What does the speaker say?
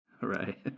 right